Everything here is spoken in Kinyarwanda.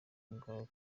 bwawe